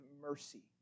mercy